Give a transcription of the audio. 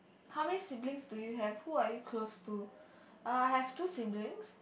how many siblings do you have who are you close to err I have two siblings